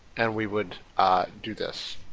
and we would do this